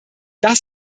das